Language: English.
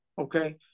okay